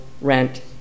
rent